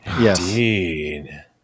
Indeed